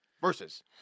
versus